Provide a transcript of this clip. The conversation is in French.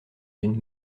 d’une